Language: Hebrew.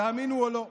תאמינו או לא,